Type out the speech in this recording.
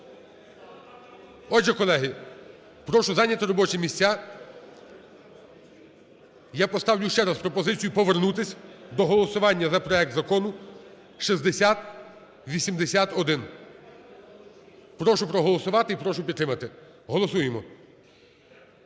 Отже, колеги, прошу зайняти робочі місця. Я поставлю ще раз пропозицію повернутися до голосування за проект закону 6081. Прошу проголосувати і прошу підтримати. Голосуємо.